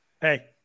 Hey